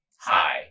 hi